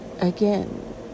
Again